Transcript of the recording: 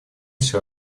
все